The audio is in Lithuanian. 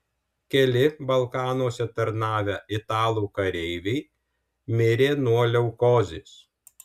keli balkanuose tarnavę italų kareiviai mirė nuo leukozės